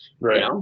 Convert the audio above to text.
Right